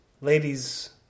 ladies